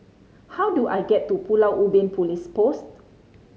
how do I get to Pulau Ubin Police Post